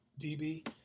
DB